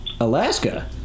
Alaska